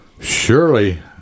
Surely